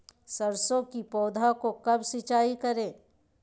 सरसों की पौधा को कब सिंचाई करे?